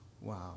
wow